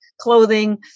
clothing